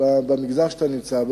במגזר שאתה נמצא בו,